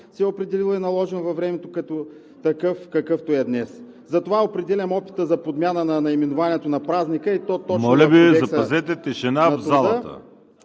се е определил и наложил във времето като такъв, какъвто е днес. Затова определям опита за подмяна на наименованието на празника… (Шум и реплики.)